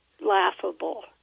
laughable